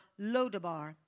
Lodabar